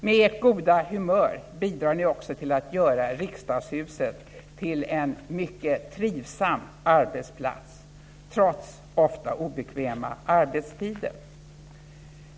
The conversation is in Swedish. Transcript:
Med ert goda humör bidrar ni också till att göra Riksdagshuset till en mycket trivsam arbetsplats, trots ofta obekväma arbetstider.